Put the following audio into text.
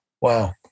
Wow